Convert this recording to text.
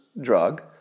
drug